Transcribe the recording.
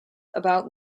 about